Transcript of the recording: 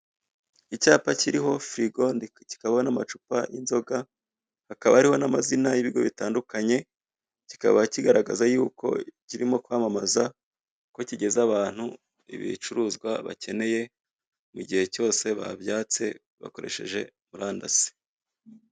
Icyapa kiriho firigo, kikabaho n'amacua y'inzoga, hakaba hariho n'amazina y'ibigo bitandukanye, kikaba kigaragaza yuko kirimo kwamamaza ko kigezaho abantu ibicuruzwa bakeneye, mu gihe cyose babyatse bakoresheje murandasi.